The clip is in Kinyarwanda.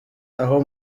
aho